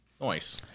nice